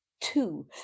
Two